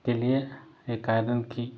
के लिए एक आयरन की